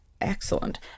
Excellent